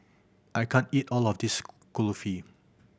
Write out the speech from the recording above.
I can't eat all of this Kulfi